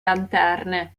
lanterne